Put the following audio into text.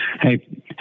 hey